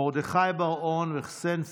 מרדכי בר-און וחסיין פארס,